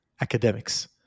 Academics